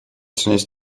zunächst